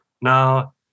Now